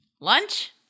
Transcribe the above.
Lunch